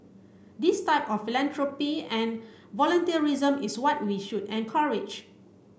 this type of philanthropy and volunteerism is what we should encourage